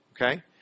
okay